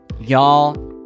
y'all